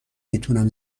میتونم